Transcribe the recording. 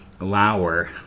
Lauer